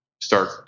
start